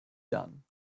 done